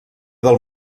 del